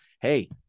hey